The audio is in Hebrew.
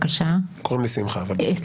כן.